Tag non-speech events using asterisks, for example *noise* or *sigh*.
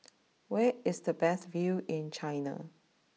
*noise* where is the best view in China